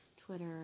Twitter